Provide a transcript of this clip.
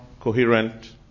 coherent